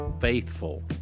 faithful